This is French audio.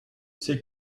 c’est